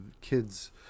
kids